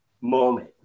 moment